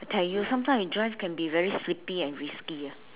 tell you sometime you drive can be very sleepy and risky ah